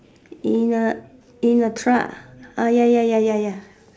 in a in a truck ah ya ya ya ya ya